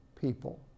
people